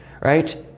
right